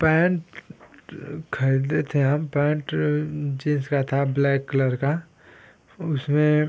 pant खरीदे थे हम पैन्ट जीन्स का था ब्लैक कलर का और उसमें